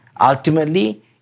Ultimately